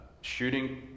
shooting